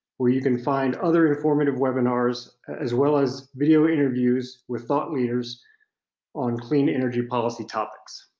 where you can find other informative webinars as well as video interviews with thought leaders on clean energy policy topics.